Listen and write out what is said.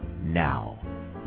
Now